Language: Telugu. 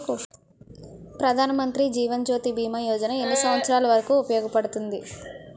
ప్రధాన్ మంత్రి జీవన్ జ్యోతి భీమా యోజన ఎన్ని సంవత్సారాలు వరకు ఉపయోగపడుతుంది?